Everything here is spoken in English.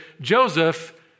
Joseph